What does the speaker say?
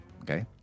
Okay